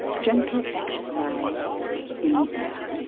gentle exercise in the air.